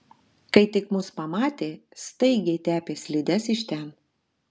kai tik mus pamatė staigiai tepė slides iš ten